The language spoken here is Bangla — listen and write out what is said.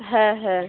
হ্যাঁ হ্যাঁ